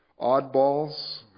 oddballs